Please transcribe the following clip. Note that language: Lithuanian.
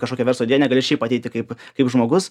kažkokią verslo idėją negali šiaip ateiti kaip kaip žmogus